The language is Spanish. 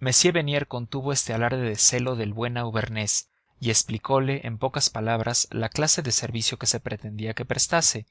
m bernier contuvo este alarde de celo del buen auvernés y explicóle en pocas palabras la clase de servicio que se pretendía que prestase